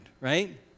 right